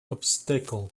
obstacle